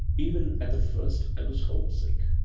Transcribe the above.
even at the first i was homesick,